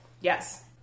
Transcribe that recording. Yes